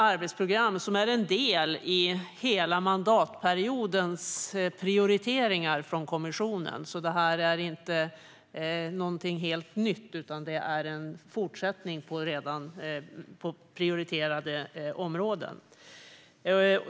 Arbetsprogrammet är en del i hela mandatperiodens prioriteringar från kommissionen. Detta är inte något helt nytt utan en fortsättning på prioriterade områden.